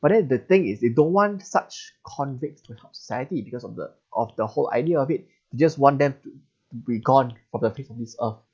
but then the thing is they don't want such convicts to help society because of the of the whole idea of it just want them to to be gone from the face of the earth